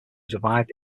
survived